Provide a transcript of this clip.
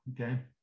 Okay